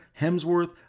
Hemsworth